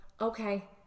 okay